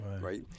Right